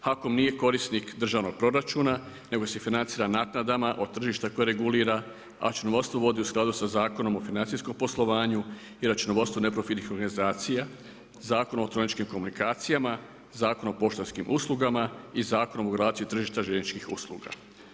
HAKOM nije korisnik državnog proračuna, nego se financira naknadama od tržišta koje regulira, a računovodstvo vodi u skladu sa zakonom o financijskom poslovanju i računovodstvu neprofitnih organizacija, Zakon o elektroničkim komunikacija, Zakon o poštanskim uslugama i Zakon o regulaciji tržišta željezničkih usluga.